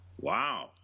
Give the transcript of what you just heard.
wow